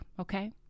okay